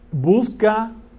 busca